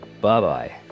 Bye-bye